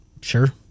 sure